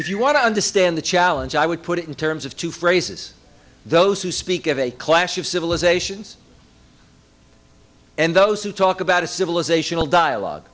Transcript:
if you want to understand the challenge i would put it in terms of two phrases those who speak of a clash of civilizations and those who talk about a civilizational dialogue